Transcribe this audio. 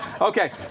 Okay